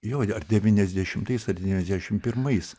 jo ar devyniasdešimtais ar devyniasdešim pirmais